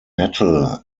metal